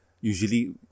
usually